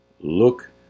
Look